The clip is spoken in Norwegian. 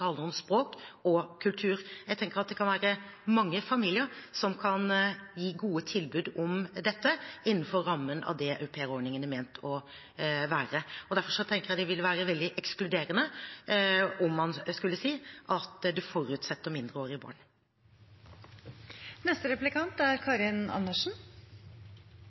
handler om språk og kultur. Jeg tenker at det kan være mange familier som kan gi gode tilbud om dette, innenfor rammen av det aupairordningen er ment å være. Derfor tenker jeg det ville være veldig ekskluderende om man skulle si at det forutsetter mindreårige barn. Jeg synes vi skal snakke ærlig om denne ordningen. Slik den er